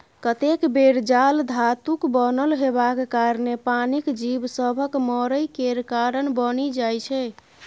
कतेक बेर जाल धातुक बनल हेबाक कारणेँ पानिक जीब सभक मरय केर कारण बनि जाइ छै